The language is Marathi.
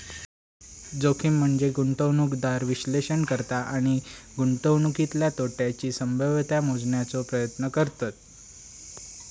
जोखीम म्हनजे गुंतवणूकदार विश्लेषण करता आणि गुंतवणुकीतल्या तोट्याची संभाव्यता मोजण्याचो प्रयत्न करतत